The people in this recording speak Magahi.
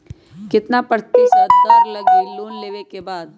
कितना प्रतिशत दर लगी लोन लेबे के बाद?